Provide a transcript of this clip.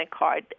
card